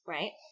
Right